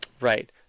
Right